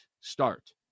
start